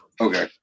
Okay